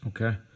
Okay